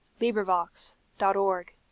LibriVox.org